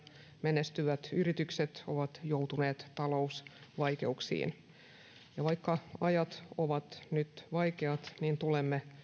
menestyvät yritykset ovat joutuneet talousvaikeuksiin vaikka ajat ovat nyt vaikeat niin tulemme